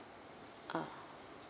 ah